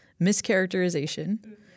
Mischaracterization